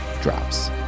drops